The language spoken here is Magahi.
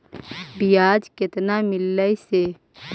बियाज केतना मिललय से?